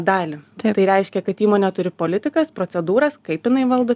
dalį tai reiškia kad įmonė turi politikas procedūras kaip jinai valdo